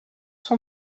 son